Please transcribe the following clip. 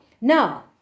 Now